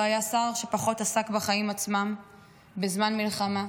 לא היה שר שעסק פחות בחיים עצמם בזמן מלחמה.